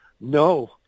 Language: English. No